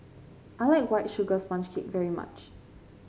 I like White Sugar Sponge Cake very much